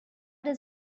does